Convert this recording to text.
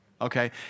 okay